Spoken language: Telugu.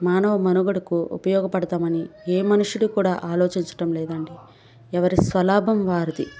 మానవ మనుగడకు ఉపయోగపడదామని ఏ మనుష్యుడు కూడా ఆలోచించడం లేదండి ఎవరి స్వలాభం వారిది